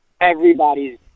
Everybody's